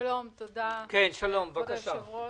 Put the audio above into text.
תודה, כבוד היושב-ראש,